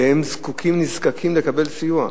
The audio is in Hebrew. והם נזקקים לסיוע.